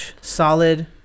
solid